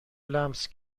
لمس